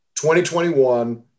2021